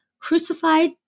crucified